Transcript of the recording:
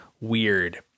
weird